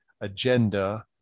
agenda